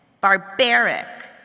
barbaric